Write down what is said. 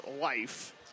life